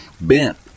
bent